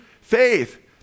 faith